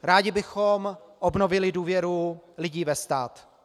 Rádi bychom obnovili důvěru lidí ve stát.